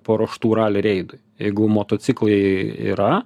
paruoštų rali reidui jeigu motociklai yra